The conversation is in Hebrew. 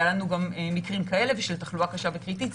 היו לנו גם מקרים כאלה ושל תחלואה קשה וקריטית.